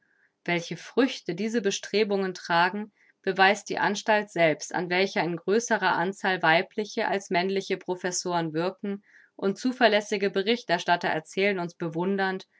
welche früchte diese bestrebungen tragen beweist die anstalt selbst an welcher in größerer anzahl weibliche als männliche professoren wirken und zuverlässige berichterstatter erzählen uns bewundernd